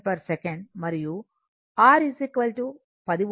second మరియు R 10 Ω మరియు L 0